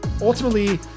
Ultimately